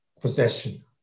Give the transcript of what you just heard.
possession